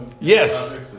Yes